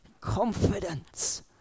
confidence